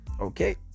okay